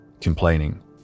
complaining